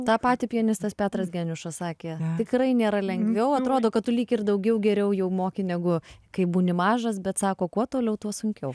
tą patį pianistas petras geniušas sakė tikrai nėra lengviau atrodo kad tu lyg ir daugiau geriau jau moki negu kai būni mažas bet sako kuo toliau tuo sunkiau